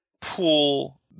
pull